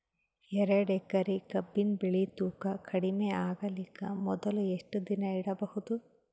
ಎರಡೇಕರಿ ಕಬ್ಬಿನ್ ಬೆಳಿ ತೂಕ ಕಡಿಮೆ ಆಗಲಿಕ ಮೊದಲು ಎಷ್ಟ ದಿನ ಇಡಬಹುದು?